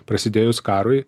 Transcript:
prasidėjus karui